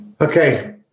Okay